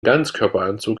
ganzkörperanzug